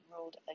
ruled